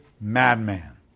madman